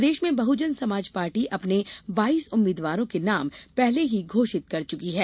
प्रदेश में बहुजन समाजपार्टी अपने बाइस उम्मीदवारों के नाम पहले ही घोषित कर चुकी है